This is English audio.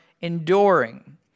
enduring